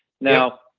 Now